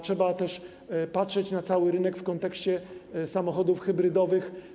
Trzeba też szerzej patrzeć na cały rynek w kontekście samochodów hybrydowych.